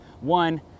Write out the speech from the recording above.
one